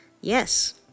Yes